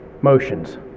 motions